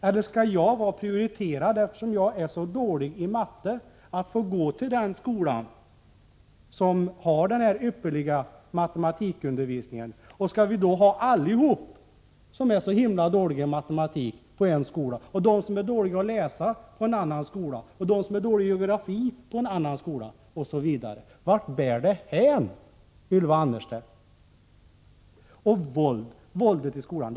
Eller skall jag vara prioriterad, eftersom jag är så dålig i matte, och få gå till den skola som har denna ypperliga matematikundervisning? Skall vi ha alla som är så dåliga i matematik på en skola, de som är dåliga att läsa på en annan skola och de som är dåliga i geografi på en annan skola, osv.? Vart bär det hän, Ylva Annerstedt? Så till våldet i skolan.